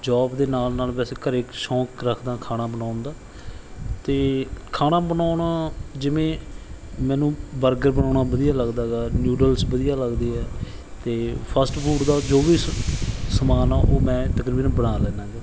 job ਦੇ ਨਾਲ ਨਾਲ ਵੈਸੇ ਘਰ ਸ਼ੌਂਕ ਰੱਖਦਾ ਖਾਣਾ ਬਣਾਉਣ ਦਾ ਅਤੇ ਖਾਣਾ ਬਣਾਉਣਾ ਜਿਵੇਂ ਮੈਨੂੰ ਬਰਗਰ ਬਣਾਉਣਾ ਵਧੀਆ ਲੱਗਦਾ ਗਾ ਨੂਡਲਸ ਵਧੀਆ ਲੱਗਦੇ ਆ ਅਤੇ ਫਸਟ ਫੂਡ ਦਾ ਜੋ ਵੀ ਸਮਾਨ ਆ ਉਹ ਮੈਂ ਤਕਰੀਬਨ ਬਣਾ ਲੈਂਦਾ ਗਾ